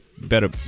better